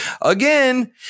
Again